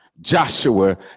Joshua